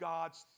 God's